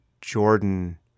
Jordan